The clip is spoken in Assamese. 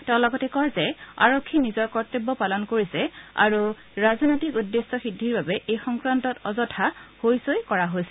তেওঁ লগতে কয় যে আৰক্ষীয়ে নিজৰ কৰ্তব্য পালন কৰিছে আৰু ৰাজনৈতিক উদ্দেশ্য সিদ্ধিৰ বাবে এই সংক্ৰান্তত অযথা হৈ চৈ কৰা হৈছিল